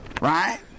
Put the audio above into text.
Right